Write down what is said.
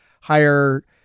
higher